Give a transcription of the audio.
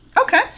Okay